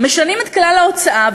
משנים את כלל ההוצאה,